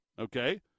okay